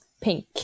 pink